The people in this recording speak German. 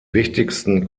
wichtigsten